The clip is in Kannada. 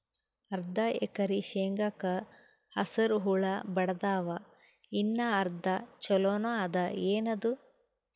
ಅರ್ಧ ಎಕರಿ ಶೇಂಗಾಕ ಹಸರ ಹುಳ ಬಡದಾವ, ಇನ್ನಾ ಅರ್ಧ ಛೊಲೋನೆ ಅದ, ಏನದು?